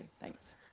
thanks